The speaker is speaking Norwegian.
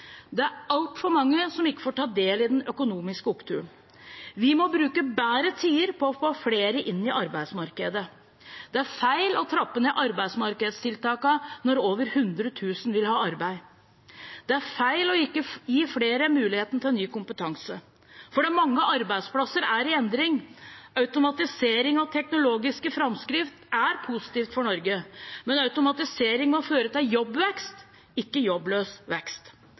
Det er altfor mange som ikke får ta del i den økonomiske oppturen. Vi må bruke bedre tider til å få flere inn i arbeidsmarkedet. Det er feil å trappe ned arbeidsmarkedstiltakene når over 100 000 vil ha arbeid. Det er feil ikke å gi flere muligheten til ny kompetanse, for mange arbeidsplasser er i endring. Automatisering og teknologiske framskritt er positivt for Norge. Men automatisering må føre til jobbvekst, ikke jobbløs vekst.